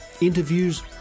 interviews